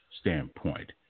standpoint